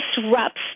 disrupts